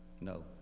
no